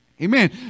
Amen